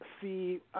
see